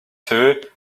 two